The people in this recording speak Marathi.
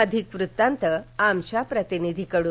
अधिक वृत्तांत आमच्या प्रतिनिधीकडून